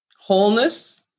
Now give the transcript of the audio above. wholeness